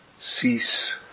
cease